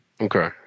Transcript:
Okay